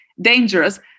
dangerous